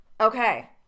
Okay